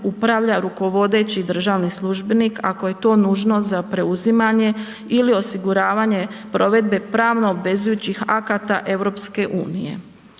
upravlja rukovodeći državni službenik ako je to nužno za preuzimanje ili osiguravanje provedbe pravno obvezujućih akata EU.